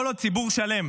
כל עוד הציבור שלם